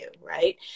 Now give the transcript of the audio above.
right